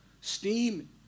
steam